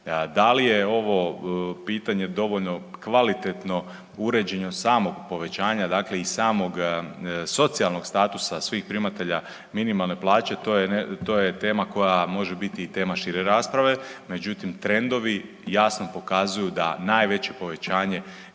Da li je ovo pitanje dovoljno kvalitetno uređeno od samog povećanja dakle i samog socijalnog statusa svih primatelja minimalne plaće, to je tema koja može biti i tema šire rasprave, međutim trendovi jasno pokazuju da najveće povećanje